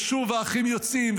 ושוב האחים יוצאים,